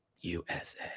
USA